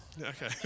Okay